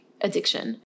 addiction